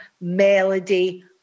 melody